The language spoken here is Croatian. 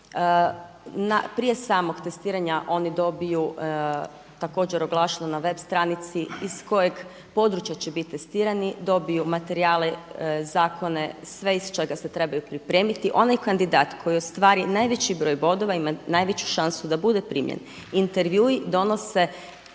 prije samog testiranja oni dobiju također oglašeno na web stranici iz kojeg područja će biti testirani, dobiju materijale, zakone sve iz čega se trebaju pripremiti. Onaj kandidat koji ostvari najveći broj bodova, ima najveću šansu da bude primljen. Intervjui donose